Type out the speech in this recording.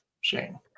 Shane